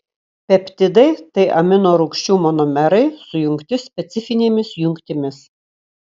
peptidai tai amino rūgčių monomerai sujungti specifinėmis jungtimis